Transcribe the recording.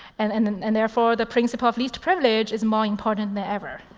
and and and therefore, the principle of least privilege is more important than ever.